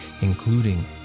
including